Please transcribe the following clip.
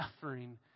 suffering